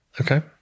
Okay